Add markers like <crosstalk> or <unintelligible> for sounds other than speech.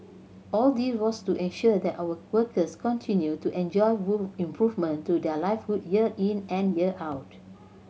all this was to ensure that our workers continued to enjoy <unintelligible> improvement to their livelihood year in and year out